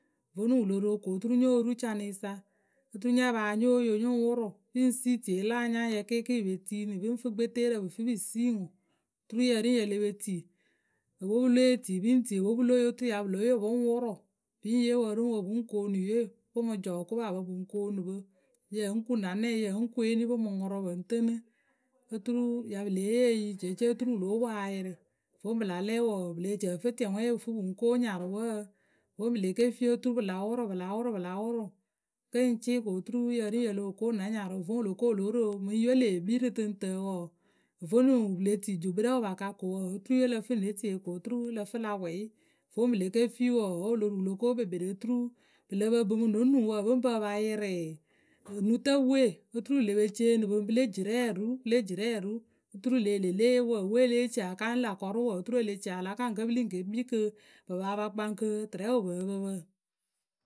Vonuŋ wǝ lo ro ko oturu nyo ru canɩ sa oturu nya pa ya nyóo yo nɨ ŋ wʊrʊ, pǝ ŋ sii tieye la anyaŋyǝ kɩɩkɩɩ pǝ pe tiini. Pǝ ŋ fǝ gbeteerǝ pǝ fǝ pǝ sii ŋwǝ oturu yǝ ri ŋ yǝ le pe tii. O pwe pǝ lée tii, pǝ ŋ tii. Opwɛ pǝ lóo yo oturu pǝ ya lóo yo pǝ ŋ wʊrʊ pǝ ŋ yee wǝ ri ŋ wǝ pǝ ŋ koonu yǝwe pǝ ŋ mǝ jɔ okopapǝ pǝ ŋ koonu pǝ. Yǝ ŋ kuŋ na nɛŋ. yǝ ŋ kuŋ eni pǝ ŋ mǝ ŋʊrʊ pǝ ŋ tɨnɨ. Oturu pǝ ya lée yee yǝ jeece oturu wǝ lóo poŋ ayɩrɩ. Voŋ pǝ la lɛ wǝǝ, pǝ leh ci ǝ fǝ tiɛŋwɛŋye pǝ fǝ pǝ ŋ ko nyarʊ wǝǝ. Vǝ́ pǝ le ke fii oturu pǝ la wʊrʊ pǝ la wʊrʊ kǝ ŋ cɩɩ ko oturu yǝ ri ŋ yǝ loh ko na nyarʊ. Vǝ́ wǝ lo ko wǝ lóo ro mǝŋ yǝwe lee kpii rǝ tɨŋtǝǝ wǝǝ, vonuŋ pǝ le tii jukpǝ rɛ wǝpaka ko wǝǝ, oturu yǝwe lǝ fǝ ne tie ko oturu lǝ fǝ la pwɛyɩ. Voŋ pǝ le ke fii wǝǝ wǝ́ wǝ lo ruu wǝ lo ko kpekperee oturu pǝ lǝ pǝ ŋpǝ mǝ no nuŋ pǝ ŋ pǝ pǝ pa yɩrɩ onutǝpǝwe. Oturu pǝ le pe ceeni pǝ pǝ le jirɛ oru, pǝ le jirɛ oru oturu ŋlë le leye wǝǝ, we e lée ci a kaŋ lâ kɔrʊ wǝ, oturu e le ci a la kaŋ kǝ́ pǝ lée ke kpii kɨ pǝ paa pa kpaŋ kɨ tɨrɛ wǝ pǝǝ pǝ pǝ.